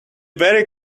very